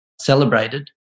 celebrated